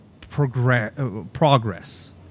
progress